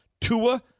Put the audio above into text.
Tua